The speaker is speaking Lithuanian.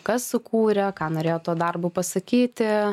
kas sukūrė ką norėjo tuo darbu pasakyti